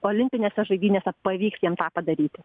olimpinėse žaidynėse pavyks jiems tą padaryti